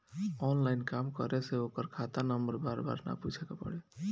online काम करे से ओकर खाता नंबर बार बार ना पूछे के पड़ी